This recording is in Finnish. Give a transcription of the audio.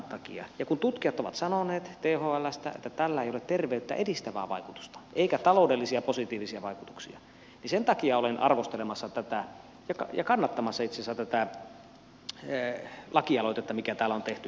ja kun tutkijat thlstä ovat sanoneet että tällä ei ole terveyttä edistävää vaikutusta eikä positiivisia taloudellisia vaikutuksia niin sen takia olen arvostelemassa tätä ja itse asiassa kannattamassa tätä lakialoitetta mikä täällä on tehty tästä asiasta